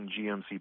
GMC